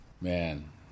Man